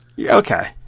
okay